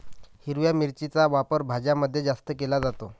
हिरव्या मिरचीचा वापर भाज्यांमध्ये जास्त केला जातो